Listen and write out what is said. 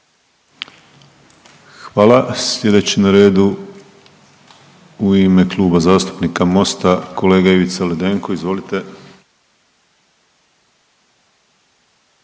Hvala. Sljedeći na redu u ime Kluba zastupnika Mosta kolega Ivica Ledenko. Izvolite.